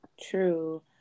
True